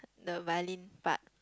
the violin part